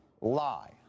lie